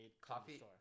Coffee